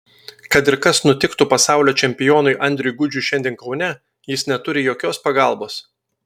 kad ir kas nutiktų pasaulio čempionui andriui gudžiui šiandien kaune jis neturi jokios pagalbos